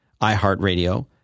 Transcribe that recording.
iHeartRadio